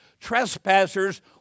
trespassers